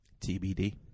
TBD